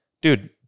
Dude